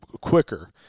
quicker